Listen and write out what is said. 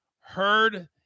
heard